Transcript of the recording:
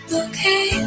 okay